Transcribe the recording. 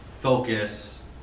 focus